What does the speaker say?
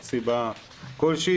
צריך סיבה כלשהי,